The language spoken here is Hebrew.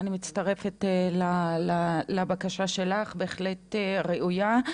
כן, אני מצטרפת לבקשה שלך, היא בהחלט ראויה.